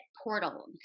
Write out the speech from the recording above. portal